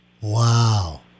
Wow